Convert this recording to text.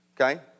okay